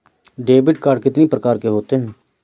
Debit card कितनी प्रकार के होते हैं?